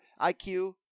IQ